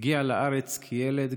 הוא הגיע לארץ כילד,